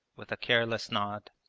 with a careless nod.